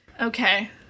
Okay